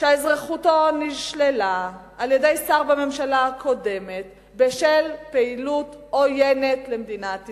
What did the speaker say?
שאזרחותו נשללה על-ידי שר בממשלה הקודמת בשל פעילות עוינת למדינת ישראל.